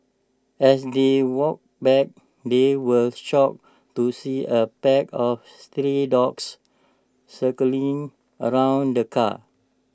as they walked back they were shocked to see A pack of stray dogs circling around the car